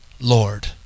Lord